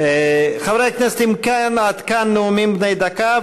חברי הכנסת, עד כאן נאומים בני דקה.